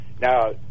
Now